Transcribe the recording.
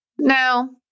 no